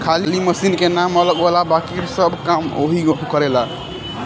खाली मशीन के नाम अलग होला बाकिर सब काम ओहीग करेला